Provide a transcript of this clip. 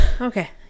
Okay